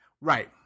Right